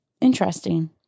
interesting